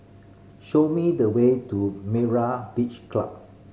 show me the way to Myra Beach Club